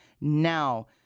now